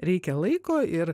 reikia laiko ir